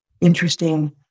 interesting